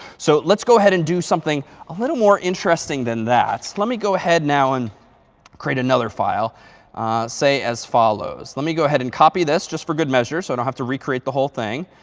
so let's go ahead and do something a little more interesting than that. let me go ahead now and create another file say as follows. let me go ahead and copy this just for good measure so i don't have to recreate the whole thing.